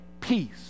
peace